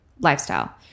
lifestyle